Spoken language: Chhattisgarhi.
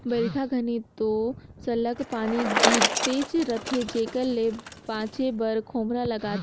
बरिखा घनी दो सरलग पानी गिरतेच रहथे जेकर ले बाचे बर खोम्हरा लागथे